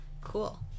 Cool